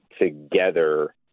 together